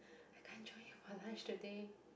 I can't join you for lunch today